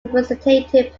representative